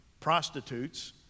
prostitutes